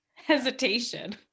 Hesitation